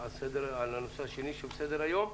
הנושא השני בסדר היום,